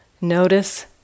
Notice